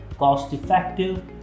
cost-effective